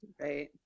Right